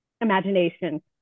imagination